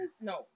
No